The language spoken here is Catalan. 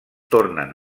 tornen